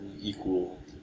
equal